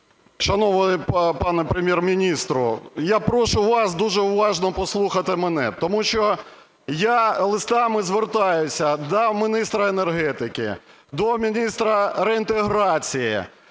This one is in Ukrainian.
Шановний пане Прем'єр-міністр, я прошу вас дуже уважно послухати мене, тому що я листами звертаюся до міністра енергетики, до міністра реінтеграції,